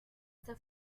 the